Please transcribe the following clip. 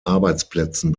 arbeitsplätzen